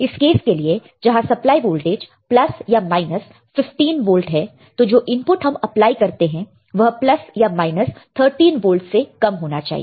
इस केस के लिए जहां सप्लाई वोल्टेज प्लस या माइनस 15 वोल्ट है तो जो इनपुट हम अप्लाई करते हैं वह प्लस या माइनस 13 वोल्ट से कम होना चाहिए